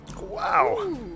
Wow